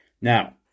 Now